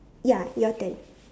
ya your turn